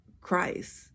Christ